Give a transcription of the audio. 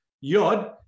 Yod